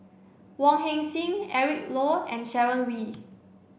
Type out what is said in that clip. Wong Heck Sing Eric Low and Sharon Wee